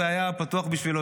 זה היה פתוח בשבילו.